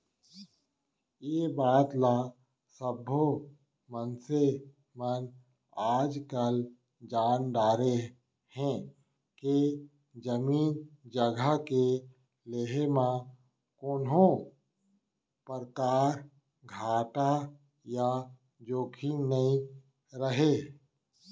ए बात ल सब्बो मनसे मन आजकाल जान डारे हें के जमीन जघा के लेहे म कोनों परकार घाटा या जोखिम नइ रहय